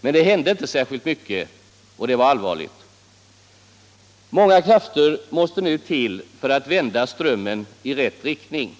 men det hände inte särskilt mycket, och det var allvarligt. Många krafter måste nu till för att vända strömmen i rätt riktning.